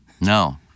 No